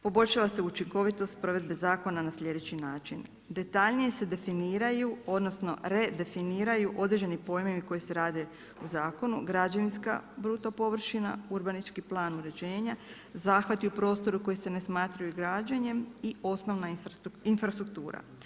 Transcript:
Poboljšava se učinkovitost provedbe zakona na sljedeći način, detaljnije se definiraju odnosno redefiniraju određeni pojmovi koji se rade u zakonu, građevinska bruto površina, urbanistički plan uređenja, zahvati u prostoru koji se ne smatraju građenjem i osnovna infrastruktura.